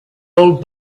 old